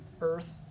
Earth